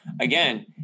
again